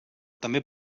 també